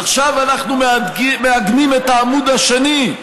עכשיו אנחנו מעגנים את העמוד השני,